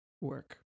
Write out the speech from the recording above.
work